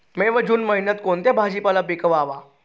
मे व जून महिन्यात कोणता भाजीपाला पिकवावा?